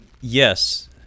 Yes